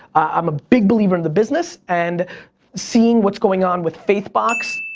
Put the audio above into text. i'm a big believer in the business, and seeing what's going on with faithbox,